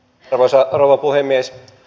arvoisa rouva puhemies